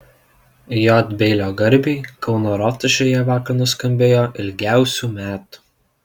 j beilio garbei kauno rotušėje vakar nuskambėjo ilgiausių metų